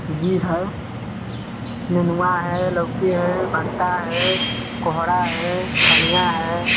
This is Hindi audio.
जी हाँ नेनुआ है लौकी है भंटा है कोहरा है धनिया है